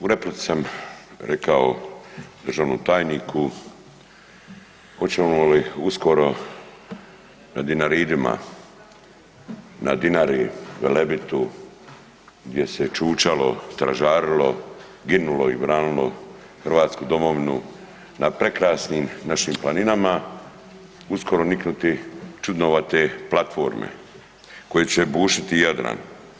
U replici sam rekao državnom tajniku hoćemo li uskoro na Dinaridima, na Dinari, Velebitu gdje se čučalo, stražarilo, ginulo i branilo Hrvatsku domovinu na prekrasnim našim planinama uskoro niknuti čudnovate platforme koje će bušiti Jadran.